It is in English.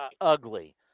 ugly